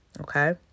okay